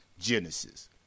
Genesis